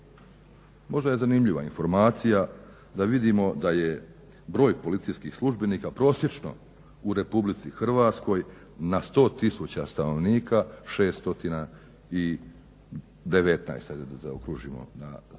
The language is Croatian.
Možda je zanimljiva informacija da vidimo da je broj policijskih službenika prosječno u RH na 100 tisuća stanovnika 619 ajde da zaokružimo, ne 18,8